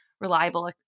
reliable